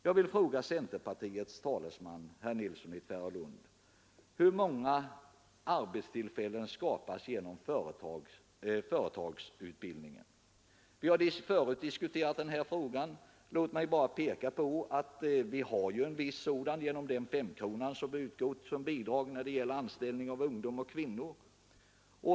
Jag vill fråga centerpartiets talesman, herr Nilsson i Tvärålund: Hur många arbetstillfällen skapas genom företagsutbildningen? Vi har visst diskuterat denna fråga tidigare. Låt mig nu bara peka på att det bedrivs en viss sådan utbildning genom femkronan som utgår som bidrag vid anställning av ungdom och kvinnor.